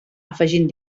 afegint